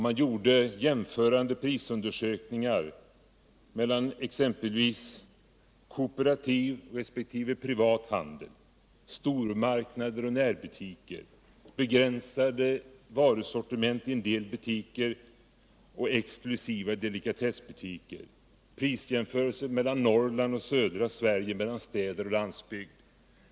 Man gjorde jämförande prisundersökningar mellan exempelvis kooperativ resp. privat handel, stormarknader och närbutiker, begränsade varusortiment i en del butiker och exklusiva delikatessbutiker, prisjämförelser mellan Norrland och södra Sverige. mellan städer och landsbygd.